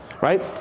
right